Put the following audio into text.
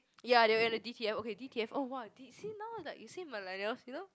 ya they were in a D_T_F okay D_T_F oh !wah! they say now it's like they say millennials you know